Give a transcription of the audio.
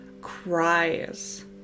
cries